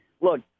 look